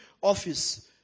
office